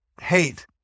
hate